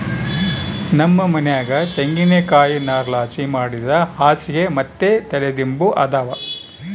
ನಮ್ ಮನ್ಯಾಗ ತೆಂಗಿನಕಾಯಿ ನಾರ್ಲಾಸಿ ಮಾಡಿದ್ ಹಾಸ್ಗೆ ಮತ್ತೆ ತಲಿಗಿಂಬು ಅದಾವ